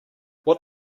what